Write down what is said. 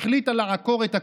החליטה לעקור את הכול,